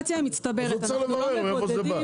אז אני רוצה לברר מאיפה זה בא.